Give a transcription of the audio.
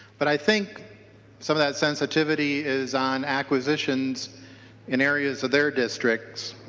but i think some of that sensitivity is on acquisitions in areas of their districts.